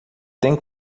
tem